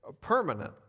permanent